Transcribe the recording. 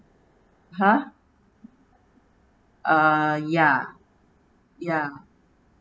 !huh! uh ya ya